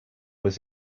was